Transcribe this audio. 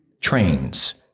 trains